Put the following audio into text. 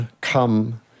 come